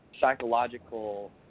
psychological